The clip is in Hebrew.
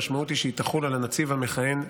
המשמעות היא שהיא תחול על הנציב המכהן בלבד.